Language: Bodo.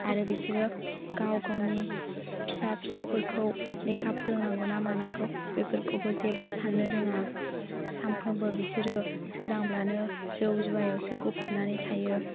आरो बिसोरो गाव गावनि फिसा फिसौफोरखौ लेखा फोरोंनांगौना मानांगौ बेफोरखौबो जेबो साननो रोङा सामफ्रामबो बिसोरो सोरांब्लानो बिसोरो जौ जुवायावसो गफबनानै थायो